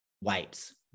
weights